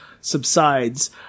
subsides